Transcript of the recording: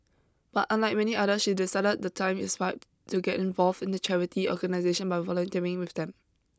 but unlike many other she decided the time is ripe to get involved in the charity organisation by volunteering with them